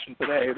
today